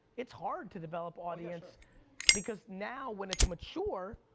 it's hard to develop audience because now when it's mature,